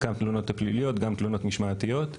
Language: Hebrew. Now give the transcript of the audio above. גם תלונות פליליות וגם תלונות משמעתיות.